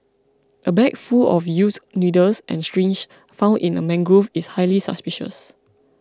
a bag full of used needles and syringes found in a mangrove is highly suspicious